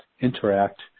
interact